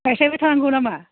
गायस्लायबाय थानांगौ नामा